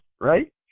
right